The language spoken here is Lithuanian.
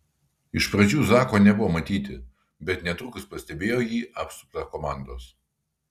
iš pradžių zako nebuvo matyti bet netrukus pastebėjo jį apsuptą komandos